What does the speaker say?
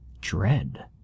dread